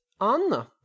Anna